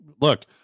look